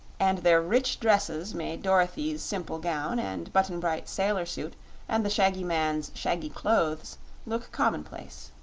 and their rich dresses made dorothy's simple gown and button-bright's sailor suit and the shaggy man's shaggy clothes look commonplace.